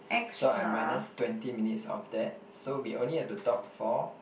so I minus twenty minutes of that so we only have to talk for